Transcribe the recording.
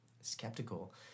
skeptical